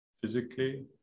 physically